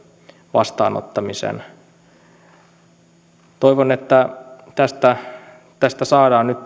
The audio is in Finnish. vastaanottamisen toivon että tästä kokeilusta saadaan nyt